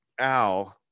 Ow